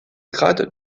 grade